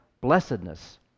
blessedness